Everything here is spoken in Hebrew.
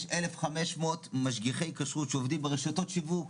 יש 1,500 משגיחי כשרות שעובדים ברשתות שיווק.